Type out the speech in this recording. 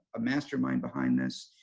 a mastermind behind this,